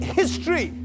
history